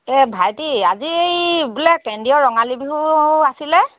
এই ভাইটি আজি এই বোলে কেন্দ্ৰীয় ৰঙালী বিহু আছিলে